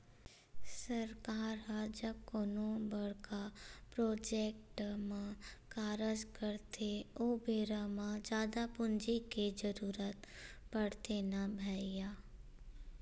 सरकार ह जब कोनो बड़का प्रोजेक्ट म कारज करथे ओ बेरा म जादा पूंजी के जरुरत पड़थे न भैइया